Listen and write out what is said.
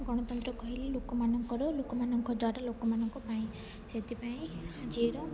ଗଣତନ୍ତ୍ର କହିଲେ ଲୋକମାନଙ୍କର ଲୋକମାନଙ୍କ ଦ୍ୱାରା ଲୋକମାନଙ୍କ ପାଇଁ ସେଥିପାଇଁ ଆଜିର